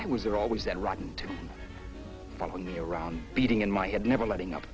i was there always that rotten to follow me around beating in my it never letting up